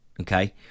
okay